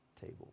table